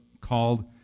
called